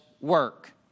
work